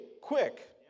quick